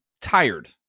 tired